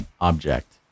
object